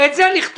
את זה לכתוב.